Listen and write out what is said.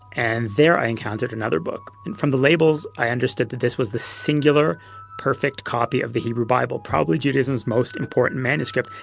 and there i encountered another book. and from the labels i understood that this was the singular perfect copy of the hebrew bible, judaism's most important manuscript.